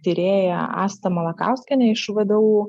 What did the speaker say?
tyrėją astą malakauskienę iš vdu